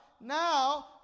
Now